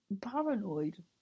paranoid